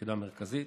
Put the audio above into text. ביחידה המרכזית.